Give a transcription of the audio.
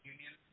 Union